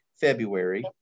February